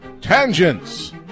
Tangents